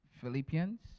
Philippians